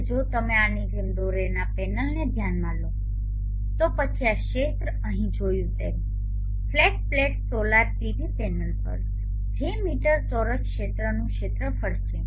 હવે જો તમે આની જેમ દોરેલા પેનલને ધ્યાનમાં લો તો પછી આ ક્ષેત્ર અહીં જોયું તેમ flat plate solar PV panel પર જે મીટર ચોરસ ક્ષેત્રનું ક્ષેત્રફળ છે